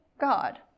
God